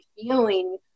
feeling